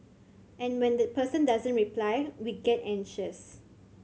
and when that person doesn't reply we get anxious